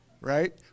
Right